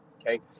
Okay